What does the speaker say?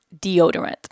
deodorant